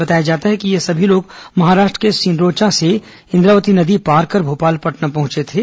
बताया जाता है कि ये सभी लोग महाराष्ट्र के सिरोंचा से इंद्रावती नदी पार कर भोपालपट्नम पहुंचे थे